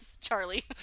Charlie